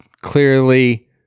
Clearly